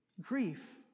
grief